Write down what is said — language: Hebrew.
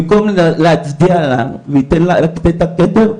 במקום להצדיע לה ולתת לה את הכתר,